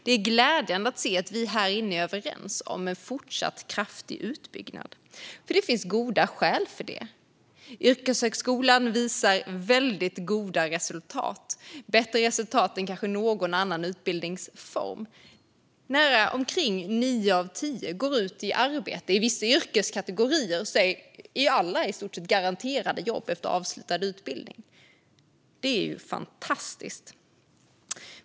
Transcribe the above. Det är glädjande att se att vi här inne är överens om en fortsatt kraftig utbyggnad. Det finns goda skäl för det. Yrkeshögskolan visar väldigt goda resultat, bättre resultat än kanske någon annan utbildningsform. Omkring nio av tio går ut i arbete. I vissa yrkeskategorier är alla i stort sett garanterade jobb efter avslutad utbildning. Det är fantastiskt.